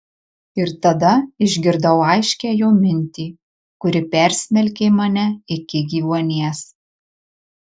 ir tada išgirdau aiškią jo mintį kuri persmelkė mane iki gyvuonies